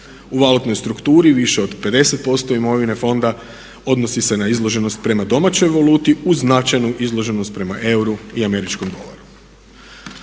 U valutnoj strukturni više od 50% imovine fonda odnosi se na izloženost prema domaćoj valuti uz značajnu izloženost prema euru i američkom dolaru.